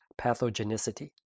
pathogenicity